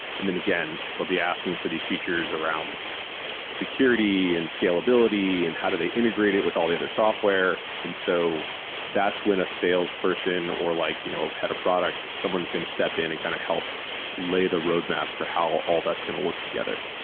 and then again, they'll be asking for these features around security and scalability and how do they integrate it with all the other software. and so that's when a salesperson or like a you know head of product, someone's going to step in and kind of help lay the roadmap for how all that's going to work together.